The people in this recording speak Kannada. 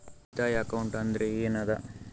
ಉಳಿತಾಯ ಅಕೌಂಟ್ ಅಂದ್ರೆ ಏನ್ ಅದ?